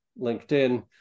linkedin